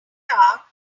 hour